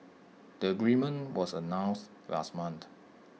the agreement was announced last month